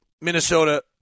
Minnesota